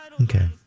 okay